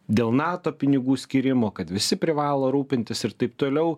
dėl nato pinigų skyrimo kad visi privalo rūpintis ir taip toliau